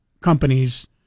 companies